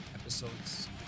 episodes